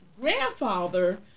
grandfather